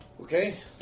Okay